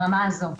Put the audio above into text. ברמה הזו.